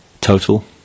Total